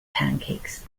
pancakes